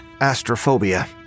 astrophobia